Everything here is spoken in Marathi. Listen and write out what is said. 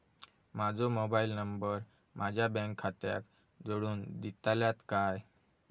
माजो मोबाईल नंबर माझ्या बँक खात्याक जोडून दितल्यात काय?